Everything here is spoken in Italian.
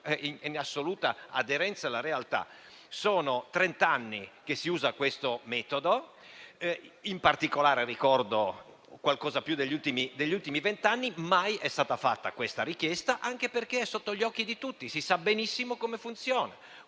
in assoluta aderenza alla realtà. Sono trent'anni che si usa questo metodo. In particolare, ricordo, da qualcosa più degli ultimi vent'anni e mai è stata fatta questa richiesta, anche perché è sotto gli occhi di tutti e si sa benissimo come funziona